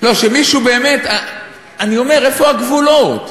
לא שמישהו באמת, אני אומר, איפה הגבולות?